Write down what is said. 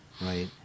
right